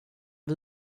var